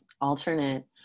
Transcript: alternate